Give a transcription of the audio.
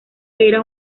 era